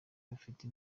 bafite